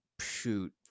shoot